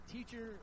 Teacher